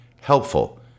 helpful